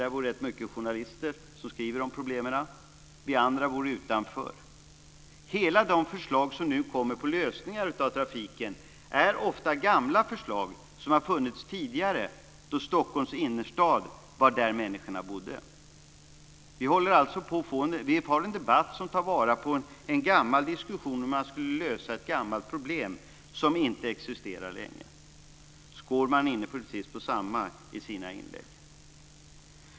Där bor rätt mycket journalister som skriver om problemen. Vi andra bor utanför. De förslag på lösningar som nu kommer är ofta gamla förslag som har funnits tidigare då Stockholms innerstad var det ställe där människorna bodde. Vi har alltså en debatt som tar fasta på en gammal diskussion om hur man ska lösa ett gammalt problem som inte existerar längre. Skårman är inne på precis detsamma i sina inlägg.